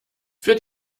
für